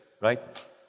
right